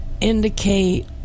indicate